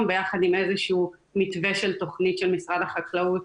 יחד עם איזה שהוא מתווה של תכנית של משרד החקלאות